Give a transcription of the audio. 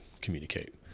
communicate